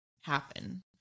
happen